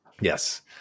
Yes